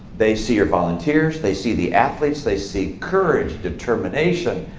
they see your volunteers. they see the athletes. they see courage, determination,